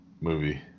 movie